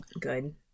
good